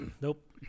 Nope